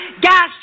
gas